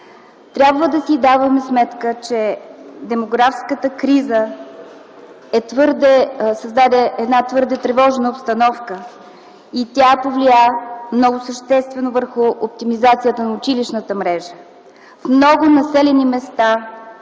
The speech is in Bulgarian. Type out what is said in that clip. Трябва да си даваме сметка, че демографската криза създаде твърде тревожна обстановка и тя повлия много съществено върху оптимизацията на училищната мрежа. В много населени места